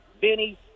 Benny